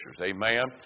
Amen